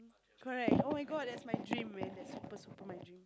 correct oh-my-God that's my dream man that's super super my dream